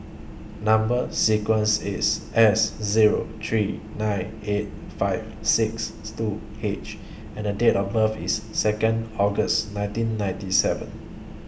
Number sequence IS S Zero three nine eight five six two H and Date of birth IS Second August nineteen ninety seven